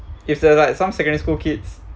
if the like some secondary school kids